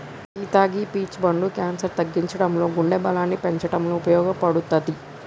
సీత గీ పీచ్ పండు క్యాన్సర్ తగ్గించడంలో గుండె బలాన్ని పెంచటంలో ఉపయోపడుతది